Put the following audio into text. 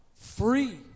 free